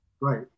Right